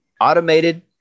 automated